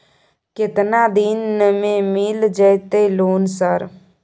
केतना दिन में मिल जयते लोन सर?